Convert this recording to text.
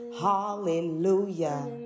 hallelujah